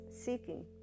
seeking